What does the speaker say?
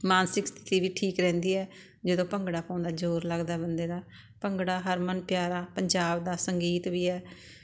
ਮਾਨਸਿਕ ਸਥਿਤੀ ਵੀ ਠੀਕ ਰਹਿੰਦੀ ਹੈ ਜਦੋਂ ਭੰਗੜਾ ਪਾਉਂਦਾ ਜ਼ੋਰ ਲੱਗਦਾ ਬੰਦੇ ਦਾ ਭੰਗੜਾ ਹਰਮਨ ਪਿਆਰਾ ਪੰਜਾਬ ਦਾ ਸੰਗੀਤ ਵੀ ਹੈ